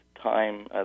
time